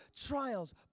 trials